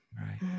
Right